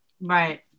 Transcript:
Right